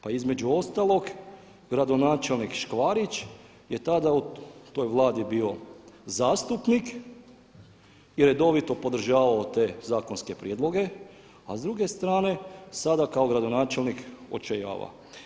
Pa između ostalog gradonačelnik Škvarić je tada u toj Vladi bio zastupnik i redovito podržavao te zakonske prijedloge a s druge strane sada kao gradonačelnik očajava.